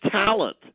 talent